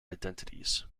identities